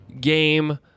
game